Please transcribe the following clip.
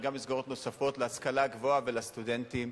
וגם במסגרות נוספות להשכלה הגבוהה ולסטודנטים